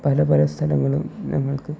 പല പല സ്ഥലങ്ങളും ഞങ്ങൾക്ക്